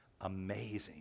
amazing